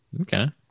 Okay